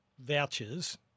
vouchers